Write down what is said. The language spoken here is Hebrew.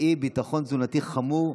באי-ביטחון תזונתי חמור.